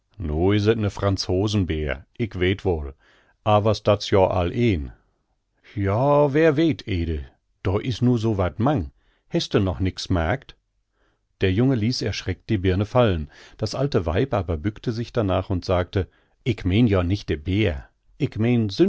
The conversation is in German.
awers dat's joa all een joa wer weet ede doa is nu so wat mang heste noch nix maarkt der junge ließ erschreckt die birne fallen das alte weib aber bückte sich danach und sagte ick meen joa nich de beer